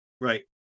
Right